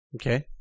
Okay